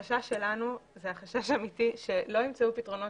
החשש שלנו והוא חשש אמיתי שלא ימצאו פתרונות